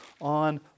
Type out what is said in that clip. on